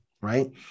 right